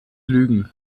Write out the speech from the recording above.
lügen